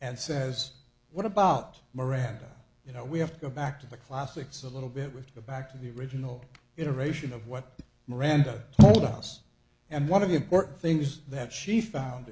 and says what about miranda you know we have to go back to the classics a little bit with go back to the original iteration of what miranda told us and one of the important things that she found